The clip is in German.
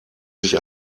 sich